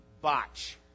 botch